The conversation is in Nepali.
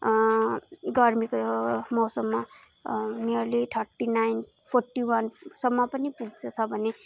गर्मीको यो मौसममा नियर्ली थर्टी नाइन फोट्टी वानसम्म पनि पुग्छ छ भने